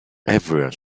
everyone